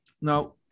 Now